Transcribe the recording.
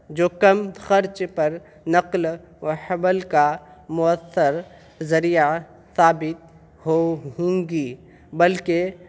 جو کم خرچ پر نقل و حمل کا مؤثر ذریعہ ثابت ہو ہوں گی بلکہ